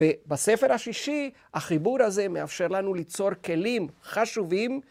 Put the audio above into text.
בספר השישי החיבור הזה מאפשר לנו ליצור כלים חשובים.